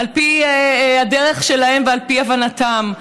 על פי הדרך שלהם ועל פי הבנתם.